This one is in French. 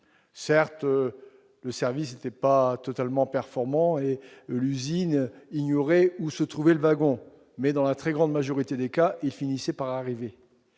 Certes, le service n'était pas totalement performant, et l'usine ignorait parfois où se trouvait le wagon, mais, dans la très grande majorité des cas, il finissait par arriver.